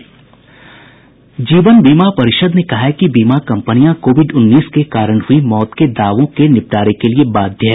जीवन बीमा परिषद् ने कहा है कि बीमा कंपनियां कोविड उन्नीस के कारण हुई मौत में दावों के निपटारे के लिए बाध्य है